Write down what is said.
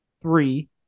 three